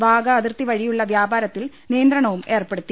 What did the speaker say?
വാഗാ അതിർത്തി വഴിയുള്ള വ്യാപാരത്തിൽ നിയന്ത്രണവും ഏർപ്പെടുത്തി